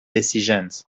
decisions